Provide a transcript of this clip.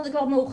זה כבר מאוחר.